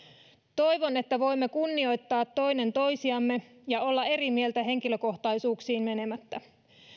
toivon että voimme kunnioittaa toinen toisiamme ja olla eri mieltä henkilökohtaisuuksiin menemättä